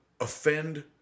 offend